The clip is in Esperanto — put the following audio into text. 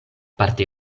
parte